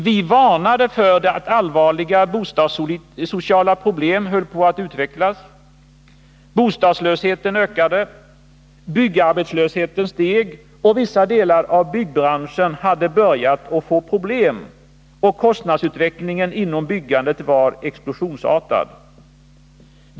Vi varnade för att allvarliga bostadssociala problem höll på att utvecklas. Bostadslösheten ökade, byggarbetslösheten steg, vissa delar av byggbranschen hade börjat få problem och kostnadsutvecklingen inom byggandet var explosionsartad.